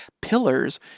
pillars